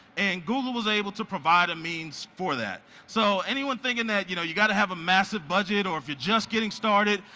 and google was able to provide a means for that. so anyone thinking that you know you got to have a massive budget or if you're just getting started,